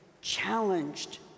challenged